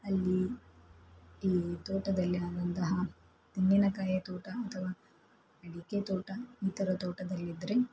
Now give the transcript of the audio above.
ಅಲ್ಲಿ ಈ ತೋಟದಲ್ಲಿ ಆಗುವಂತಹ ತೆಂಗಿನಕಾಯಿಯ ತೋಟ ಅಥವಾ ಅಡಿಕೆ ತೋಟ ಈ ಥರ ತೋಟದಲ್ಲಿದ್ದರೆ